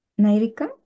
Nairika